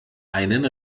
einen